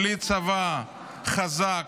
בלי צבא חזק,